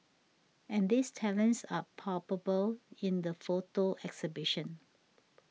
and these talents are palpable in the photo exhibition